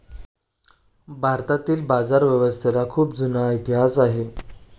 भारतातील बाजारव्यवस्थेला खूप जुना इतिहास आहे